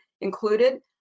included